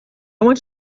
want